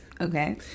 okay